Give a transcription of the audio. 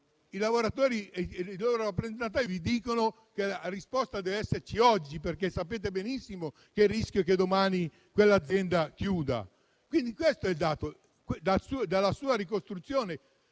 i lavoratori e i loro rappresentanti vi dicono che la risposta deve esserci oggi, perché sapete benissimo che il rischio è che domani quell'azienda chiuda. Questo è il dato. Ministro,